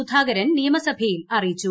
സുധാകരൻ നിയമസഭയിൽ അറിയിച്ചു